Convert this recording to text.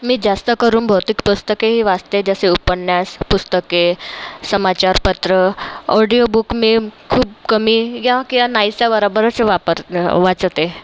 मी जास्त करून बहुतेक पुस्तके वाचते जसे उपन्यास पुस्तके समाचार पत्र ऑडिओ बुक मेम खूप कमी या की या नाहीच्या बरोबरच वापर वाचते